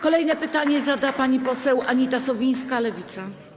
Kolejne pytanie zada pani poseł Anita Sowińska, Lewica.